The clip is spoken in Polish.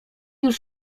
już